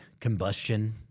combustion